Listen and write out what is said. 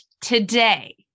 today